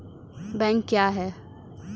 Bank क्या हैं?